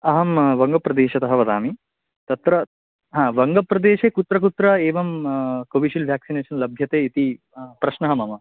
अहं वङ्गप्रदेशतः वदामि तत्र वङ्गप्रदेशे कुत्र कुत्र एवं कोविशील्ड् व्याक्सिनेसन् लभ्यते इति प्रश्नः मम